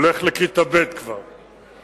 הולך לכיתה ב' כבר.